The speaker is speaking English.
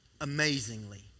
Amazingly